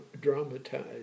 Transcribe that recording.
dramatized